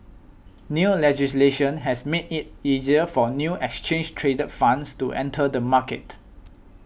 new legislation has made it easier for new exchange traded funds to enter the market